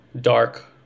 dark